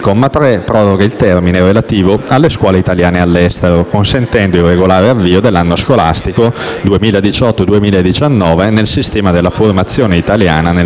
comma 3 proroga il termine relativo alle scuole italiane all'estero, consentendo il regolare avvio dell'anno scolastico 2018-2019 nel sistema della formazione italiana nel